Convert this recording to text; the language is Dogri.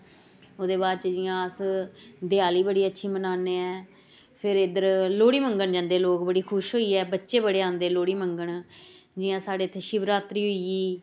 ओह्दे बाद च जि'यां अस देआली बड़ी अच्छी मनाने ऐं फिर इद्धर लोह्ड़ी मंग्गन जंदे लोग बड़े खुश होइयै बच्चे बड़े आंदे लोह्ड़ी मंग्गन जि'यां साढ़े इ'त्थें शिवरात्री होई ई